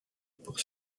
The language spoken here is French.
pour